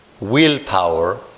willpower